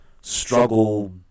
struggle